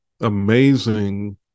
amazing